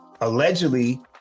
allegedly